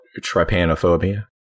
trypanophobia